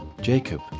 Jacob